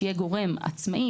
כך שיהיה גורם עצמאי,